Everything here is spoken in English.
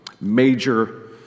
major